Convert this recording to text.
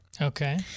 Okay